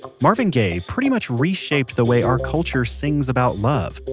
marvin gaye pretty much reshaped the way our culture sings about love.